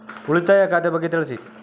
ಉಳಿತಾಯ ಖಾತೆ ಬಗ್ಗೆ ತಿಳಿಸಿ?